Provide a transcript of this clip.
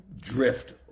drift